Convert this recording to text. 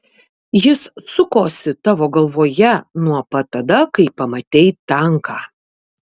jis sukosi tavo galvoje nuo pat tada kai pamatei tanką